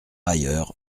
ailleurs